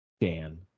Dan